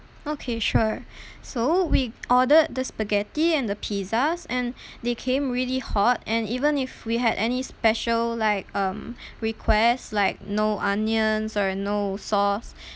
okay sure so we ordered the spaghetti and the pizzas and they came really hot and even if we had any special like um request like no onions or no sauce